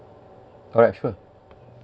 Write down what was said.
alright sure